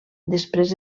després